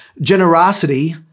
generosity